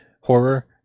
horror